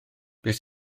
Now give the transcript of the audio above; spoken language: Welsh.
beth